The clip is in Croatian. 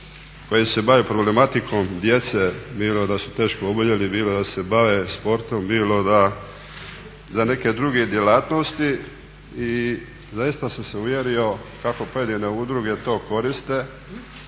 koji se bave problematikom djece bilo da su teško oboljeli, bilo da se bave sportom, bilo da za neke druge djelatnosti i zaista sam se uvjerio kako to pojedine udruge koriste